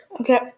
Okay